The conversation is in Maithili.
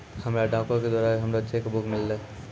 हमरा डाको के द्वारा हमरो चेक बुक मिललै